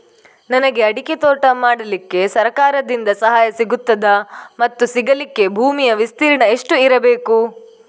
ನನಗೆ ಅಡಿಕೆ ತೋಟ ಮಾಡಲಿಕ್ಕೆ ಸರಕಾರದಿಂದ ಸಹಾಯ ಸಿಗುತ್ತದಾ ಮತ್ತು ಸಿಗಲಿಕ್ಕೆ ಭೂಮಿಯ ವಿಸ್ತೀರ್ಣ ಎಷ್ಟು ಇರಬೇಕು?